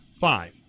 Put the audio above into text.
five